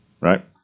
right